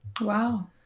Wow